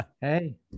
Hey